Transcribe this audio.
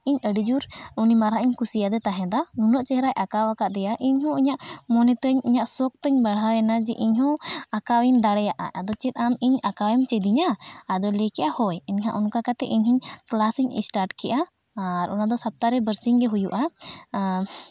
ᱤᱧ ᱟᱹᱰᱤ ᱡᱳᱨ ᱩᱱᱤ ᱢᱟᱨᱟᱜ ᱤᱧ ᱠᱩᱥᱤᱭᱟᱫᱮ ᱛᱟᱦᱮᱸᱫᱟ ᱩᱱᱟᱹᱜ ᱪᱮᱦᱨᱟᱭ ᱟᱸᱠᱟᱣ ᱟᱠᱟᱫᱮᱭᱟ ᱤᱧ ᱦᱚᱸ ᱤᱧᱟᱹᱜ ᱢᱚᱱᱮ ᱛᱤᱧ ᱤᱧᱟᱹᱜ ᱥᱚᱠᱷ ᱛᱤᱧ ᱵᱟᱲᱦᱟᱣ ᱮᱱᱟ ᱡᱮ ᱤᱧ ᱦᱚᱸ ᱟᱸᱠᱟᱣ ᱤᱧ ᱫᱟᱲᱮᱭᱟᱜᱼᱟ ᱟᱫᱚ ᱪᱮᱫ ᱟᱢ ᱤᱧ ᱟᱸᱠᱟᱣ ᱮᱢ ᱪᱮᱫ ᱟᱹᱧᱟ ᱟᱫᱚ ᱞᱟᱹᱭ ᱠᱮᱫ ᱟᱭ ᱦᱳᱭ ᱟᱫᱚ ᱚᱱᱠᱟ ᱠᱟᱛᱮᱫ ᱤᱧ ᱦᱚᱸ ᱠᱞᱟᱥ ᱤᱧ ᱥᱴᱟᱨᱴ ᱠᱮᱫᱼᱟ ᱟᱨ ᱚᱱᱟᱫᱚ ᱥᱚᱯᱛᱟᱦᱚᱸ ᱨᱮ ᱵᱟᱨᱥᱤᱧ ᱜᱮ ᱦᱩᱭᱩᱜᱼᱟ